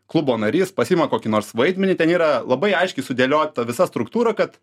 klubo narys pasiima kokį nors vaidmenį ten yra labai aiškiai sudėliota visa struktūra kad